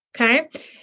okay